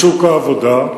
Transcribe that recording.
בשוק העבודה.